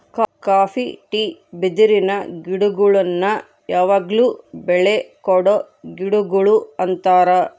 copy tea ಬಿದಿರಿನ ಗಿಡಗುಳ್ನ ಯಾವಗ್ಲು ಬೆಳೆ ಕೊಡೊ ಗಿಡಗುಳು ಅಂತಾರ